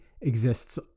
exists